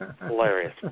hilarious